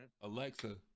Alexa